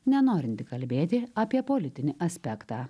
nenorinti kalbėti apie politinį aspektą